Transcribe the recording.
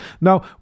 Now